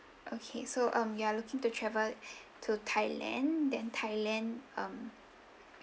okay so um you're looking to travel to thailand then thailand um